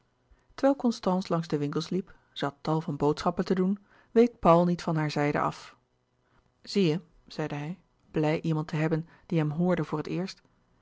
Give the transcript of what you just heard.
terwijl constance langs de winkels liep zij had tal van boodschappen te doen week paul niet van hare zijde af zie je zeide hij blij iemand te hebben die hem hoorde voor het eerst